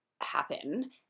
happen